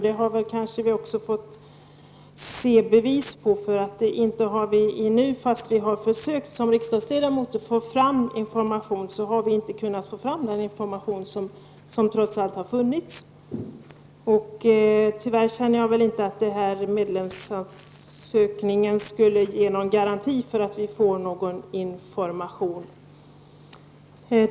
Det har vi kanske också fått bevis för. Inte har ju vi riksdagsledamöter, trots att vi har försökt, lyckats få fram den information som trots allt har funnits. Jag har, tyvärr, en känsla av att en medlemsansökan inte är någon garanti för att vi skall få fram information på detta område.